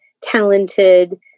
talented